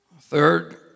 Third